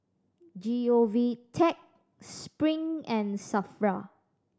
G O V Tech Spring and SAFRA